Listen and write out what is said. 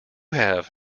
have